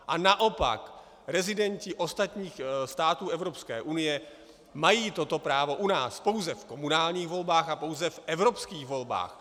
A naopak rezidenti ostatních států Evropské unie mají toto právo u nás pouze v komunálních volbách a pouze v evropských volbách.